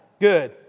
Good